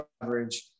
coverage